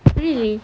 really